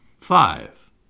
five